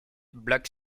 black